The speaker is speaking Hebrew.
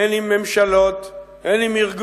הן עם ממשלות, הן עם ארגונים,